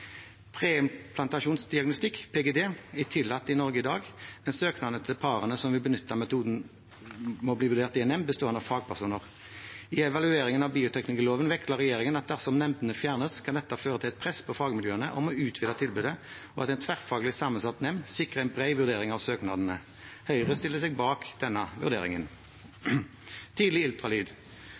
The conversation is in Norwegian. Preimplantasjonsdiagnostikk, PGD, er tillatt i Norge i dag, men søknaden fra parene som vil benytte metoden, vurderes i en nemnd bestående av fagpersoner. I evalueringen av bioteknologiloven vektla regjeringen at dersom nemndene fjernes, kan dette føre til et press på fagmiljøene om å utvide tilbudet, og at en tverrfaglig sammensatt nemnd sikrer en bred vurdering av søknadene. Høyre stiller seg bak denne vurderingen. Om tidlig